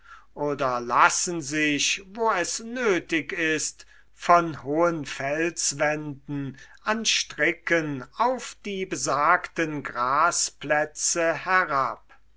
oder lassen sich wo es nötig ist von hohen felswänden an stricken auf die besagten grasplätze herab